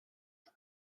and